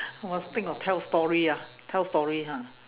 must think of tell story ah tell story ha